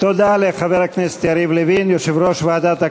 תודה לחבר הכנסת יריב לוין, יושב-ראש ועדת הכנסת.